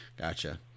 Gotcha